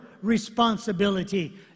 responsibility